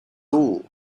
all